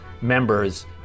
members